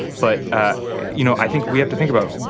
but ah you know, i think we have to think about,